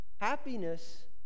Happiness